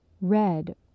Red